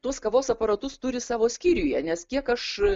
tuos kavos aparatus turi savo skyriuje nes kiek aš